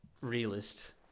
realist